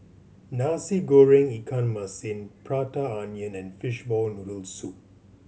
Nasi Goreng ikan masin Prata Onion and fishball noodle soup